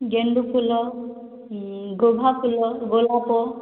ଗେଣ୍ଡୁ ଫୁଲ ଗଭା ଫୁଲ ଗୋଲାପ